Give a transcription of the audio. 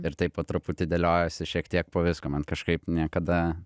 ir taip po truputį dėliojuosi šiek tiek po visko man kažkaip niekada